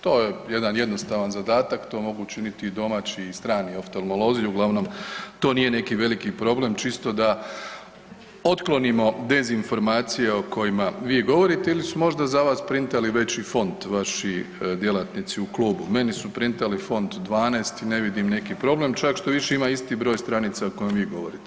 To je jedan jednostavan zadatak, to mogući učiniti i domaći i strani oftalmolozi, uglavnom to nije neki veliki problem, čisto da otklonimo dezinformacije o kojima i govorite ili su možda za vas printali veći font vaši djelatnici u klubu, meni su printali font 12 i ne vidim neki problem, čak štoviše ima isti broj stranica o kojima vi govorite.